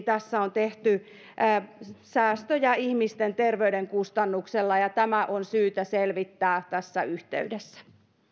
tässä on tehty säästöjä ihmisten terveyden kustannuksella ja tämä on syytä selvittää tässä yhteydessä